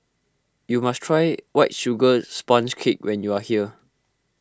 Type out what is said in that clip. you must try White Sugar Sponge Cake when you are here